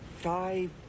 Five